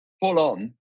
full-on